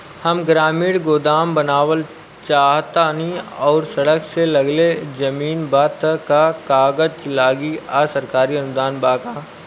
हम ग्रामीण गोदाम बनावल चाहतानी और सड़क से लगले जमीन बा त का कागज लागी आ सरकारी अनुदान बा का?